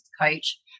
coach